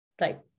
right